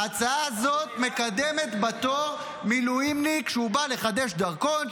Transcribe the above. ההצעה הזאת מקדמת בתור מילואימניק כשהוא בא לחדש דרכון,